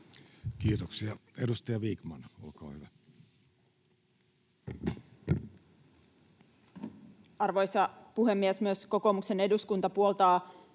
Kiitoksia. — Edustaja Vikman, olkaa hyvä. Arvoisa puhemies! Myös kokoomuksen eduskuntaryhmä puoltaa